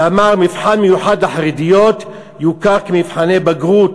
ואמר: מבחן מיוחד לחרדיות יוכר כמבחני בגרות,